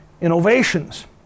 innovations